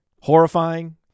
horrifying